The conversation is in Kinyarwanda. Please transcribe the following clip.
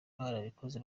barabikoze